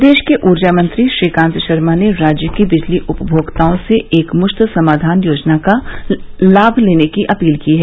प्रदेश के ऊर्जा मंत्री श्रीकांत शर्मा ने राज्य के बिजली उपभोक्ताओं से एक मुश्त समाधान योजना का लाभ लेने की अपील की है